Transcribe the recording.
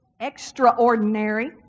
extraordinary